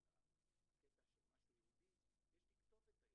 או החמרות מסוימות,